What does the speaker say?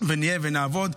ונהיה ונעבוד.